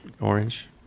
orange